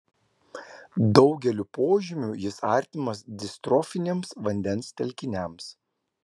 daugeliu požymių jis artimas distrofiniams vandens telkiniams